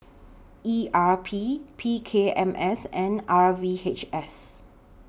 E R P P K M S and R V H S